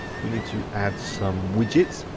we need to add some widgets.